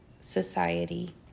society